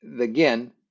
again